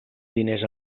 diners